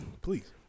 Please